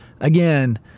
again